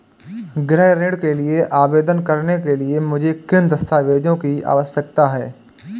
गृह ऋण के लिए आवेदन करने के लिए मुझे किन दस्तावेज़ों की आवश्यकता है?